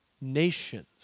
nations